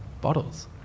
bottles